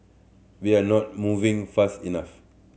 we are not moving fast enough